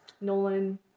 Nolan